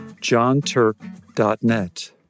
johnturk.net